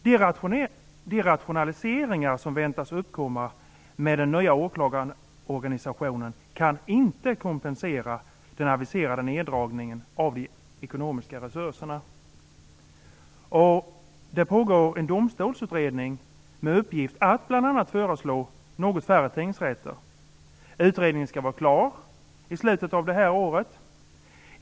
De rationaliseringar som väntas uppkomma med den nya åklagarorganisationen kan inte kompensera den aviserade neddragningen av de ekonomiska resurserna. Det pågår en domstolsutredning med uppgift att bl.a. föreslå något färre tingsrätter. Utredningen skall vara klar i slutet av detta år.